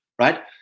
right